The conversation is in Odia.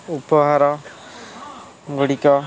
ଉପହାର ଗୁଡ଼ିକ